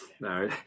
no